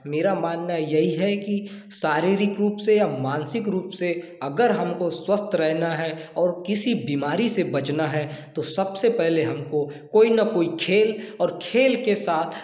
मेरा मानना यही है कि शारीरिक रूप से या मानसिक रूप से अगर हमको स्वास्थ्य रहना है और किसी बीमारी से बचना है तो सबसे पहले हमको कोई ना कोई खेल और खेल के साथ